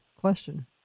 question